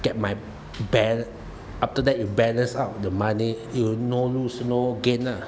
get my balance after that you balance out the money you no lose no gain ah